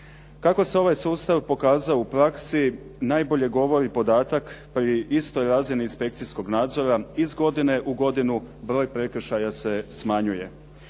Kako se ovaj sustav pokazao u praksi najbolje govori podatak pri istoj razini inspekcijskog nadzora, iz godine u godinu broj prekršaja se smanjuje.